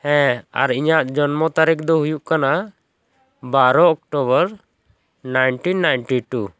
ᱦᱮᱸ ᱟᱨ ᱤᱧᱟ ᱜ ᱡᱚᱱᱢᱚ ᱛᱟᱨᱤᱠᱷ ᱫᱚ ᱦᱩᱭᱩᱜ ᱠᱟᱱᱟ ᱵᱟᱨᱚ ᱚᱠᱴᱳᱵᱚᱨ ᱱᱟᱭᱤᱱᱴᱤᱱ ᱱᱟᱭᱤᱱᱴᱤ ᱴᱩ